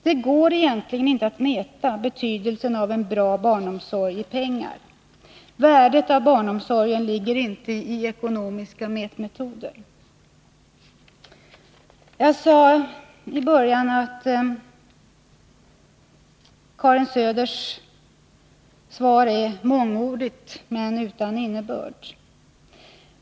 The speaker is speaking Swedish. Det går egentligen inte att mäta betydelsen av en bra barnomsorg i pengar. Värdet av barnomsorgen ligger inte i ekonomiska mätmetoder. Jag sade i början av mitt anförande att Karin Söders svar är mångordigt men utan innehåll.